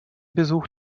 besuch